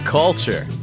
culture